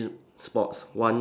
spots one